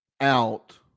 out